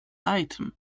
item